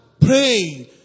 praying